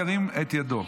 ירים את ידו.